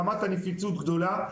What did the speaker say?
רמת הנפיצות גדולה,